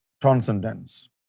transcendence